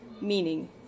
meaning